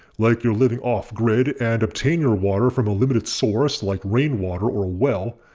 like you're living off-grid and obtain your water from a limited source like rainwater or a well,